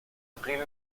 avril